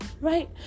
Right